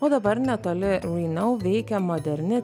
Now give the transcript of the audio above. o dabar netoli mainau veikia moderni